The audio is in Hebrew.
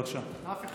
בבקשה.